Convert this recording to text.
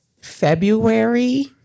February